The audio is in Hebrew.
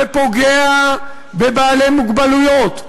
ופוגע בבעלי מוגבלויות,